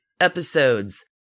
episodes